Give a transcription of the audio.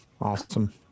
Awesome